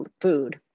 food